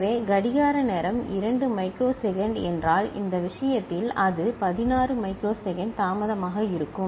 எனவே கடிகார நேரம் 2 மைக்ரோ செகண்ட் என்றால் இந்த விஷயத்தில் அது 16 மைக்ரோ செகண்ட் தாமதமாக இருக்கும்